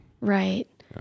Right